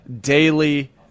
daily